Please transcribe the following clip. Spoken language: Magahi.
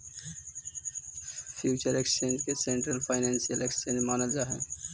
फ्यूचर एक्सचेंज के सेंट्रल फाइनेंसियल एक्सचेंज मानल जा हइ